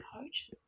coach